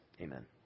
amen